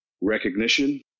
recognition